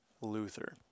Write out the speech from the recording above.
Luther